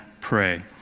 pray